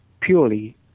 purely